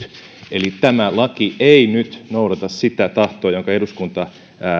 eli tämä laki ei nyt noudata sitä tahtoa jonka eduskunta